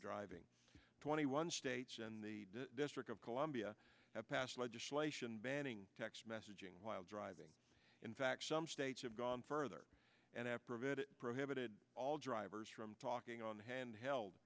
driving twenty one states and the district of columbia have passed legislation banning text messaging while driving in fact some states have gone further have prevented prohibited all drivers from talking on hand held